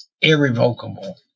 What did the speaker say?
irrevocable